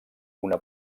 una